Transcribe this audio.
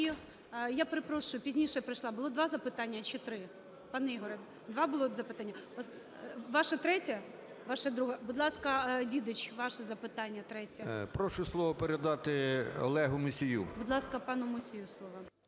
Я перепрошую, пізніше прийшла: було два запитання чи три? Пане Ігоре, два було запитання? Ваше третє? Ваше друге. Будь ласка, Дідич, ваше запитання третє. 13:30:40 ДІДИЧ В.В. Прошу слово передати Олегу Мусію. ГОЛОВУЮЧИЙ. Будь ласка, пану Мусію слово.